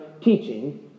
teaching